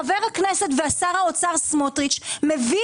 חבר הכנסת ושר האוצר סמוטריץ' מביא